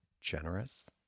generous